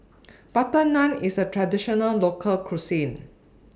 Butter Naan IS A Traditional Local Cuisine